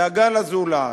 הדאגה לזולת,